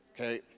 Okay